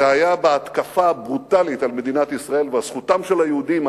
זה היה בהתקפה ברוטלית על מדינת ישראל ועל זכותם של היהודים,